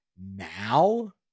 now